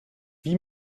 wie